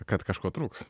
kad kažko trūks